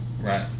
Right